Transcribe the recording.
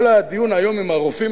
כל הדיון היום עם הרופאים,